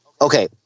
Okay